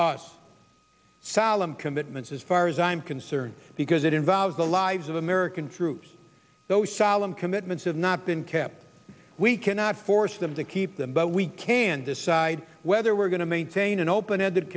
us solemn can that means as far as i'm concerned because it involves the lives of american troops those solemn commitments have not been kept we cannot force them to keep them but we can decide whether we're going to maintain an open ended